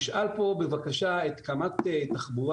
תשאל פה בבקשה את קמ"ט תחבורה,